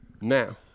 Now